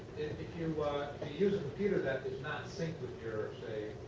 you use a computer that is not synced with your,